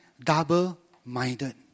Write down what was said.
double-minded